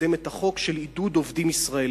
לקדם את החוק של עידוד עובדים ישראלים.